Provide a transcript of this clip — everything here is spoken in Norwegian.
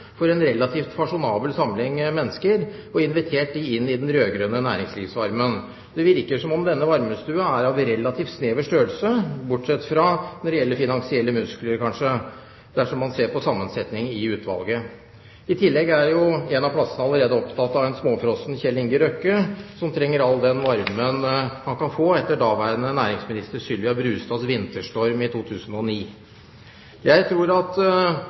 for en relativt fasjonabel samling mennesker og invitert dem inn i den rød-grønne næringslivsvarmen. Det virker som om denne varmestua er av relativt snever størrelse, kanskje bortsett fra når det gjelder finansielle muskler, dersom man ser på sammensetningen i utvalget. I tillegg er jo en av plassene allerede opptatt av en småfrossen Kjell Inge Røkke, som trenger all den varmen han kan få etter daværende næringsminister Sylvia Brustads vinterstorm i 2009. Jeg tror at